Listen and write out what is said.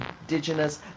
indigenous